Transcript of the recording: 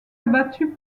abattu